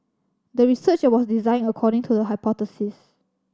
the research was designed according to the hypothesis